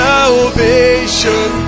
Salvation